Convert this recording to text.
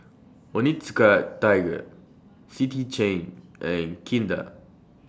Onitsuka Tiger City Chain and Kinder